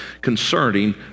concerning